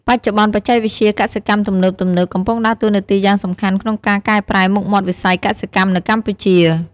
បច្ចុប្បន្នបច្ចេកវិទ្យាកសិកម្មទំនើបៗ កំពុងដើរតួនាទីយ៉ាងសំខាន់ក្នុងការកែប្រែមុខមាត់វិស័យកសិកម្មនៅកម្ពុជា។